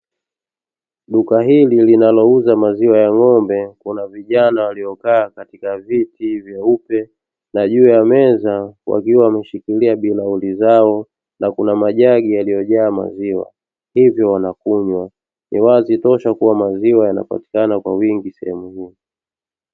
Duka hili linalouza maziwa ya ngombe ,Kuna vijana waliokaa katika viti vyeupe ,na juu ya meza wakiwa, wameshikilia bilauli zao, na kuna majagi yaliyojaa maziwa hivyo wanakunywa ,ni wazi tosha kuwa maziwa yanapatikana kwa wingi sehemu hii.